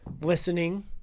listening